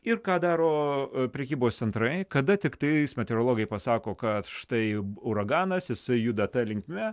ir ką daro prekybos centrai kada tiktai meteorologai pasako kad štai uraganas jisai juda ta linkme